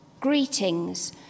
Greetings